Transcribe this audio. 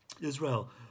Israel